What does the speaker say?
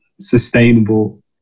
sustainable